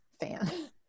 fan